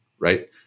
right